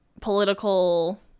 political